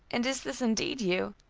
and is this indeed you?